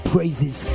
Praises